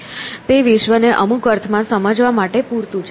તે વિશ્વને અમુક અર્થમાં સમજવા માટે પૂરતું છે